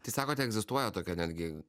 tai sakot egzistuoja tokia netgi